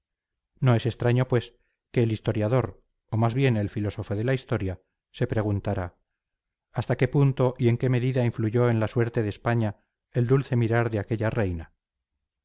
no es extraño pues que el historiador o más bien el filósofo de la historia se preguntara hasta qué punto y en qué medida influyó en la suerte de españa el dulce mirar de aquella reina